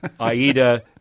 Aida